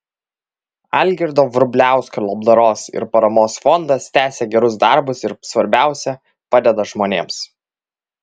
algirdo vrubliausko labdaros ir paramos fondas tęsia gerus darbus ir svarbiausia padeda žmonėms